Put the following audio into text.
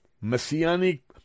Messianic